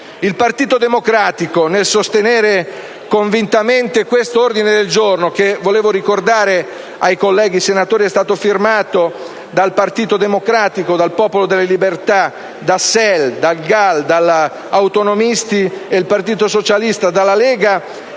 Il Partito Democratico sostiene convintamente l'ordine del giorno G1. Vorrei ricordare ai colleghi senatori che esso è stato firmato dal Partito Democratico, dal Popolo della Libertà, da SEL, da GAL, dagli autonomisti e dal Partito Socialista Italiano,